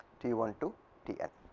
t one to t and